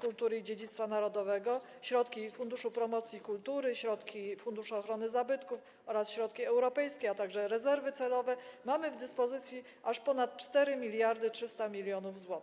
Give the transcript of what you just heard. Kultury i Dziedzictwa Narodowego, środki Funduszu Promocji Kultury, środki funduszu ochrony zabytków oraz środki europejskie, a także rezerwy celowe, mamy w dyspozycji aż ponad 4300 mln zł.